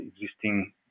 existing